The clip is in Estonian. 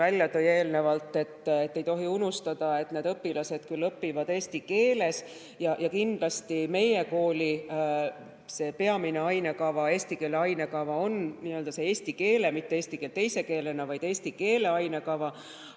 välja tõi: ei tohi unustada, et need õpilased küll õpivad eesti keeles ja kindlasti meie kooli peamine ainekava, eesti keele ainekava, on nii‑öelda eesti keel, mitte eesti keel teise keelena. Aga kui me praegu